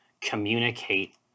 communicate